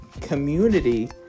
community